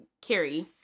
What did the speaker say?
Carrie